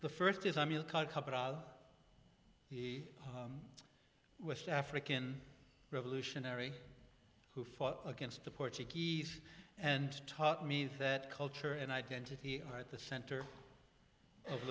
the first is i mean the west african revolutionary who fought against the portuguese and taught me that culture and identity are at the center of